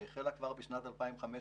שהחלה כבר בשנת 2015,